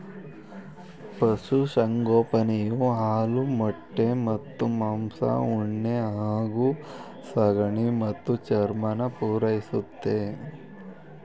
ಪಶುಸಂಗೋಪನೆಯು ಹಾಲು ಮೊಟ್ಟೆ ಮತ್ತು ಮಾಂಸ ಉಣ್ಣೆ ಹಾಗೂ ಸಗಣಿ ಮತ್ತು ಚರ್ಮನ ಪೂರೈಸುತ್ತೆ